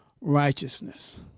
righteousness